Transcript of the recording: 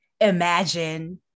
imagine